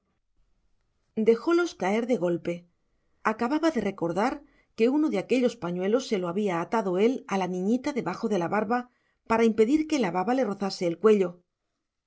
la lavandera dejólos caer de golpe acababa de recordar que uno de aquellos pañuelos se lo había atado él a la niñita debajo de la barba para impedir que la baba le rozase el cuello